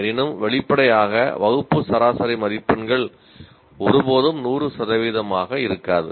எனினும் வெளிப்படையாக வகுப்பு சராசரி மதிப்பெண்கள் ஒருபோதும் 100 சதவீதமாக இருக்காது